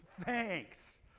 Thanks